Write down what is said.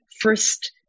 first